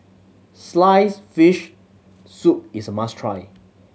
sliced fish soup is a must try